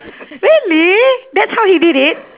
really that's how he did it